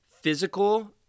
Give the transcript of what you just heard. physical